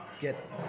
Get